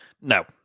No